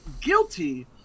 guilty